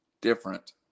different